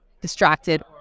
distracted